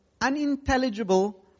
unintelligible